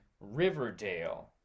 Riverdale